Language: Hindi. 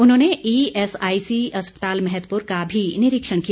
उन्होंने ई एसआईसी अस्पताल मैहतपुर का भी निरीक्षण किया